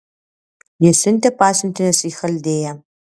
ji siuntė pasiuntinius į chaldėją